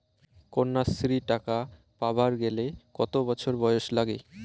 কন্যাশ্রী টাকা পাবার গেলে কতো বছর বয়স লাগে?